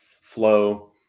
flow